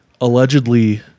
allegedly